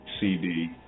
CD